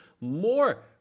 more